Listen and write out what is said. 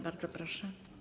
Bardzo proszę.